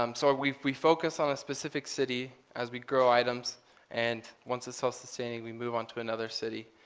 um so we we focus on a specific city as we grow items and once a self-sustaining, we move on to another city.